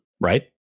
right